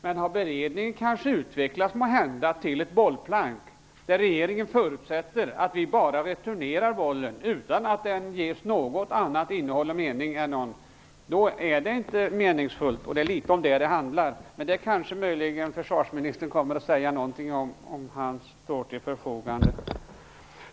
Men om beredningen har utvecklats till ett bollplank där regeringen förutsätter att vi bara returnerar bollen utan att den ges något annat innehåll och någon annan mening, är det inte meningsfullt. Det är litet om detta det handlar. Det kanske försvarsministern kommer att säga någonting om, om han står till förfogande.